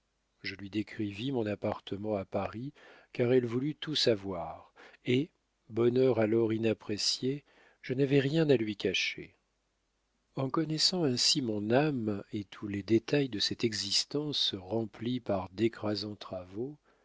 je lui décrivis mon appartement à paris car elle voulut tout savoir et bonheur alors inapprécié je n'avais rien à lui cacher en connaissant ainsi mon âme et tous les détails de cette existence remplie par d'écrasants travaux